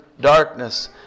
darkness